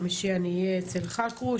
ביום חמישי אני נמצאת אצל חכרוש,